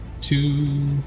two